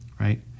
right